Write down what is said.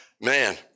man